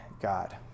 God